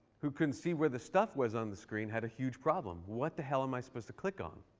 who couldn't see where the stuff was on the screen, had a huge problem. what the hell am i supposed to click on?